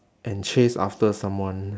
and chase after someone